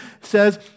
says